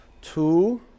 Two